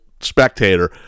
spectator